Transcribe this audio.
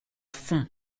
fond